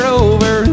over